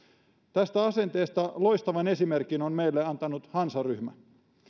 tästä asenteesta loistavan esimerkin on meille antanut hansaryhmä siis